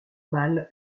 balles